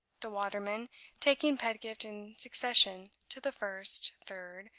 the waterman taking pedgift in succession to the first, third,